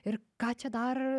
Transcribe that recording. ir ką čia dar